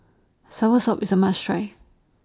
Soursop IS A must Try